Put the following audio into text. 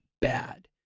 bad